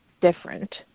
different